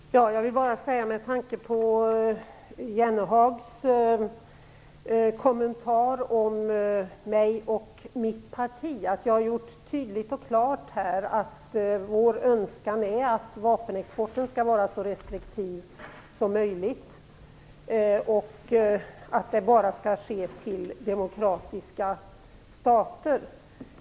Herr talman! Jag vill bara säga med tanke på Jan Jennehags kommentar om mig och mitt parti att jag gjort tydligt och klart här att vår önskan är att vapenexporten skall vara så restriktiv som möjligt, att export bara skall ske till demokratiska stater.